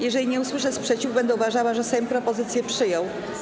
Jeżeli nie usłyszę sprzeciwu, będę uważała, że Sejm propozycję przyjął.